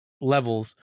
levels